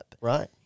Right